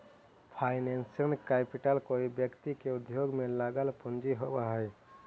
financial capital कोई व्यक्ति के उद्योग में लगल पूंजी होवऽ हई